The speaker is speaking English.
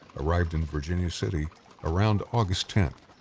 arrived in virginia city around august tenth.